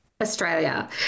Australia